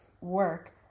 work